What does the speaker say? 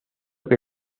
que